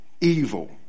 evil